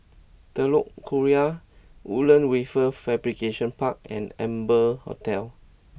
Telok Kurau Woodlands Wafer Fabrication Park and Amber Hotel